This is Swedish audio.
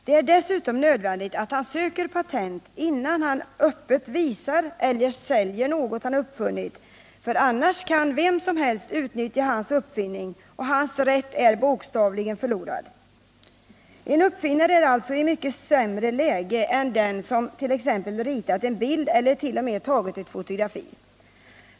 Det är dessutom nödvändigt att han söker patent, innan han öppet visar eller säljer något han har uppfunnit. Annars kan vem som helst utnyttja hans uppfinning, och hans rätt är bokstavligen förlorad. En uppfinnare är alltså i ett mycket sämre läge än den som t.ex. ritat en bild eller t.o.m. tagit ett fotografi.